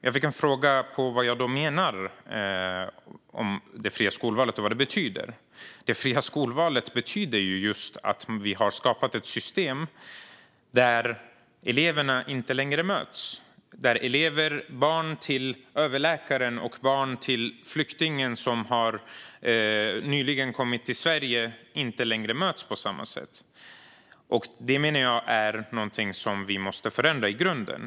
Jag fick en fråga om vad jag menar med det fria skolvalet och vad det betyder. Det fria skolvalet betyder just att vi har skapat ett system där eleverna inte längre möts, där barn till överläkaren och barn till flyktingen som nyligen kommit till Sverige inte längre möts på samma sätt. Det är något som vi måste förändra i grunden.